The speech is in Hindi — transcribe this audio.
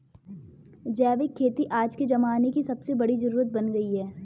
जैविक खेती आज के ज़माने की सबसे बड़ी जरुरत बन गयी है